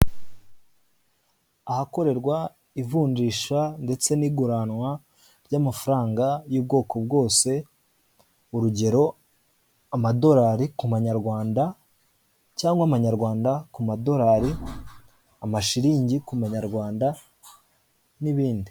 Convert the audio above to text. Ahakorerwa ivunjisha ndetse n'iguranwa ry'amafaranga y'ubwoko bwose, urugero amadolari ku manyarwanda cyangwa amanyarwanda ku madolari, amashiriningi ku manyarwanda n'ibindi.